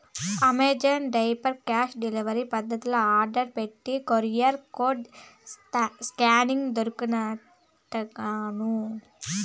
Amazon diaper cash delivery పద్దతిల order పెట్టి QR code స్కానింగ్ల దుడ్లుకట్టినాను